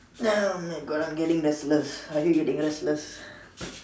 ya oh my God I am getting the restless are you getting restless